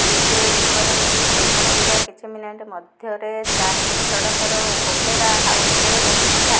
ଦ୍ୱିତୀୟ ବିସ୍ଫୋରଣଟି ପ୍ରଥମଟିର କିଛି ମିନିଟ୍ ମଧ୍ୟରେ ଚାର୍ନି ସଡ଼କର ଅପେରା ହାଉସ୍ରେ ଘଟିଥିଲା